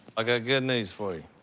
ah got good news for you.